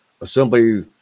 assembly